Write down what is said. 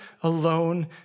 alone